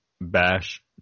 bash